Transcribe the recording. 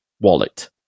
wallet